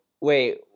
Wait